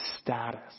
status